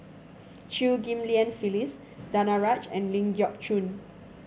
Chew Ghim Lian Phyllis Danaraj and Ling Geok Choon